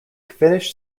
finished